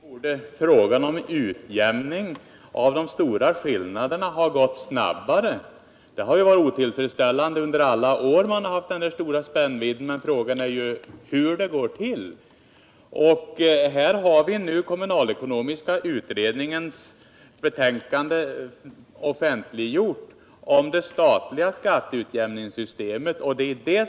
Herr talman! Ja visst, Bengt Kindbom, borde frågan om utjämning av de stora skatteskillnaderna mellan kommunerna ha lösts snabbare. Den spännvidd som förekommit under en rad av år har hela tiden varit otillfredsställande. Men frågan är hur man skall kunna förbättra situationen. Kommunalekonomiska utredningens betänkande om det statliga skatteutjämningssystemet är nu offentliggjort.